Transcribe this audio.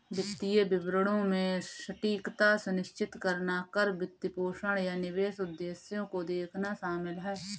वित्तीय विवरणों में सटीकता सुनिश्चित करना कर, वित्तपोषण, या निवेश उद्देश्यों को देखना शामिल हैं